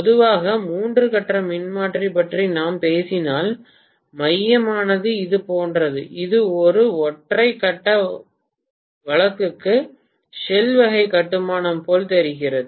பொதுவாக மூன்று கட்ட மின்மாற்றி பற்றி நாம் பேசினால் மையமானது இது போன்றது இது ஒரு ஒற்றை கட்ட வழக்குக்கு ஷெல் வகை கட்டுமானம் போல் தெரிகிறது